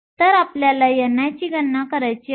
तर आपल्याला ni ची गणना करायची आहे